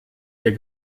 ihr